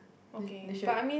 they they should